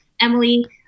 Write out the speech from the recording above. emily